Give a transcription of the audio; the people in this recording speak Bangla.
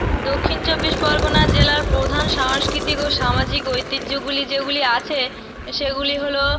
দক্ষিন চব্বিশ পরগনা জেলার প্রধান সাংস্কৃতিক ও সামাজিক ঐতিহ্যগুলি যেগুলি আছে সেগুলি হল